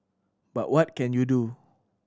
but what can you do